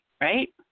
Right